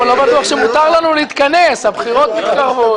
אנחנו מסכימים,